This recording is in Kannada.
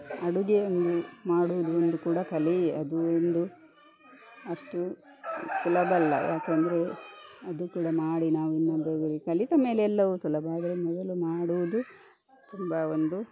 ಅಡುಗೆಯನ್ನು ಮಾಡುವುದು ಒಂದು ಕೂಡ ಕಲೆಯೇ ಅದು ಒಂದು ಅಷ್ಟು ಸುಲಭವಲ್ಲ ಯಾಕಂದರೆ ಅದು ಕೂಡ ಮಾಡಿ ನಾವು ಇನ್ನೊಬ್ಬರಿಗೆ ಕಲಿತ ಮೇಲೆ ಎಲ್ಲವೂ ಸುಲಭ ಆದರೆ ಮೊದಲು ಮಾಡುವುದು ತುಂಬ ಒಂದು